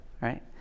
right